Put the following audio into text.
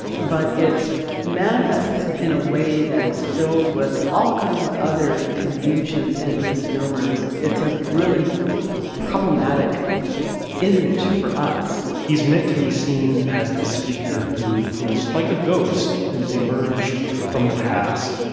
but it manifests in a way that is filled with all kinds of other confusions and misnomers. it's a really problematic image for us he's meant to be seen as this figure who is like a ghost who's emerged from the past,